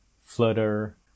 Flutter